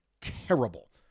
terrible